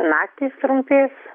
naktys trumpės